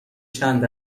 چند